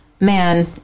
Man